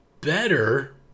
better